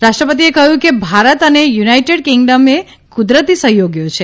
રાષ્ટ્રપતિએ કહ્યું કે ભારત અને યુનાઇટેડ કિંગ્ડમ એ કુદરતી સહયોગીઓ છે